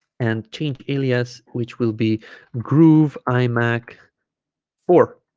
and change alias which will be groove imac four